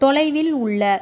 தொலைவில் உள்ள